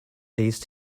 these